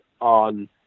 on